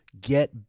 get